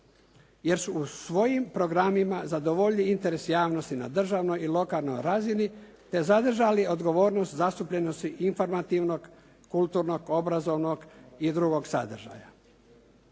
jer su u svojim programima zadovoljili interes javnosti na državnoj i lokalnoj razini te zadržali odgovornost zastupljenosti informativnog, kulturnog, obrazovnog i drugog sadržaja.